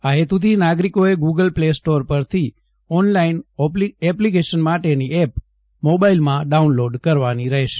આ હેતુથી નાગરિકોએ ગુગલ પ્લે સ્ટોર પરથી ઓનલાઇન એપ્લીકેશન માટેની એપ મોબાઇલમાં ડાઉનલોડ કરવાની રહેશે